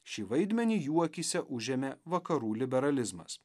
šį vaidmenį jų akyse užėmė vakarų liberalizmas